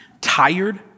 tired